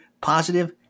positive